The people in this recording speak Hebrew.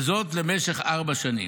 וזאת למשך ארבע שנים.